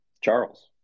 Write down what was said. Charles